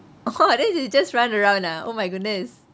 oh then they just run around ah oh my goodness